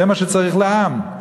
זה מה שצריך לעם.